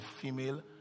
female